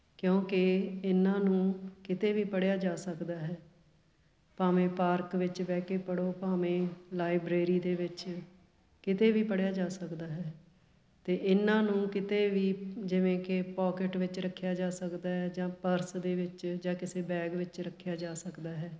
ਕਿਉਂਕਿ ਇਹਨਾਂ ਨੂੰ ਕਿਤੇ ਵੀ ਪੜ੍ਹਿਆ ਜਾ ਸਕਦਾ ਹੈ ਭਾਵੇਂ ਪਾਰਕ ਵਿੱਚ ਬਹਿ ਕੇ ਪੜੋ ਭਾਵੇਂ ਲਾਇਬ੍ਰੇਰੀ ਦੇ ਵਿੱਚ ਕਿਤੇ ਵੀ ਪੜ੍ਹਿਆ ਜਾ ਸਕਦਾ ਹੈ ਅਤੇ ਇਹਨਾਂ ਨੂੰ ਕਿਤੇ ਵੀ ਜਿਵੇਂ ਕਿ ਪੋਕਿਟ ਵਿੱਚ ਰੱਖਿਆ ਜਾ ਸਕਦਾ ਜਾਂ ਪਰਸ ਦੇ ਵਿੱਚ ਜਾਂ ਕਿਸੇ ਬੈਗ ਵਿੱਚ ਰੱਖਿਆ ਜਾ ਸਕਦਾ ਹੈ